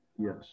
Yes